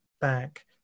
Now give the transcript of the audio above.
back